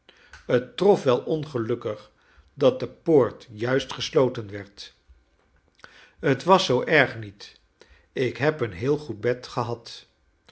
t trof wel ongelukkig dat de poort juist gesloten werd t was zoo erg niet ik heb een heel goed bed gehad